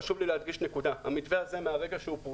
חשוב לי להדגיש שמרגע שהמתווה הזה פורסם,